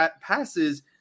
passes